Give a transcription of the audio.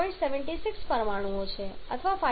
76 પરમાણુઓ છે અથવા 5